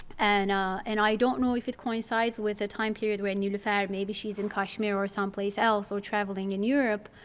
and ah and i don't know if it coincides with the time period when niloufer, maybe she's in kashmir or someplace else or traveling in europe.